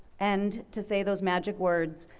and to say those magic words,